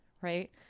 right